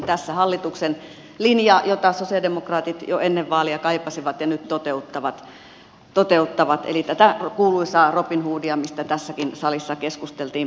tässä hallituksen linja jota sosialidemokraatit jo ennen vaaleja kaipasivat ja nyt toteuttavat eli tätä kuuluisaa robinhoodia mistä tässäkin salissa keskusteltiin toissa viikolla